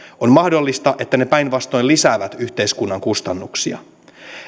on mahdollista että ne päinvastoin lisäävät yhteiskunnan kustannuksia